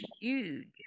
huge